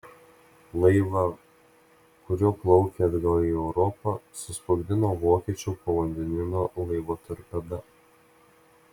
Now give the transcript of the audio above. laivą kuriuo plaukė atgal į europą susprogdino vokiečių povandeninio laivo torpeda